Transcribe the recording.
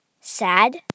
Sad